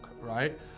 Right